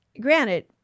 granted